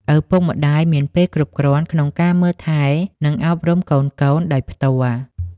ឪពុកម្ដាយមានពេលគ្រប់គ្រាន់ក្នុងការមើលថែ និងអប់រំកូនៗដោយផ្ទាល់។